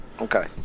Okay